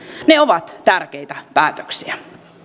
ne ovat tärkeitä päätöksiä